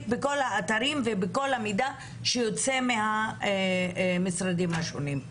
בכל האתרים ובכל המידע שיוצא מהמשרדים השונים.